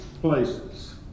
places